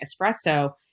Espresso